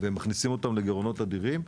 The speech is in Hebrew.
והם מכניסים אותם לגירעונות אדירים,